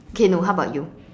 okay no how about you